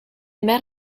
met